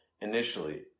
initially